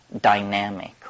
dynamic